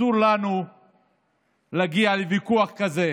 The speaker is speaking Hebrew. אסור לנו להגיע לוויכוח כזה